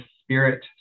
spirit